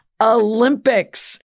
Olympics